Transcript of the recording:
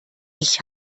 ich